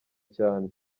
cyane